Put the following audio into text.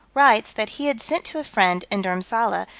writes that he had sent to a friend in dhurmsalla,